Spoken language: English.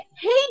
hey